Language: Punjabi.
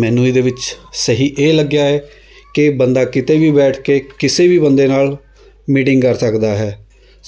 ਮੈਨੂੰ ਇਹਦੇ ਵਿੱਚ ਸਹੀ ਇਹ ਲੱਗਿਆ ਹੈ ਕਿ ਬੰਦਾ ਕਿਤੇ ਵੀ ਬੈਠ ਕੇ ਕਿਸੇ ਵੀ ਬੰਦੇ ਨਾਲ ਮੀਟਿੰਗ ਕਰ ਸਕਦਾ ਹੈ